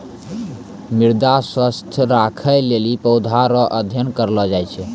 मृदा स्वास्थ्य राखै लेली पौधा रो अध्ययन करलो जाय छै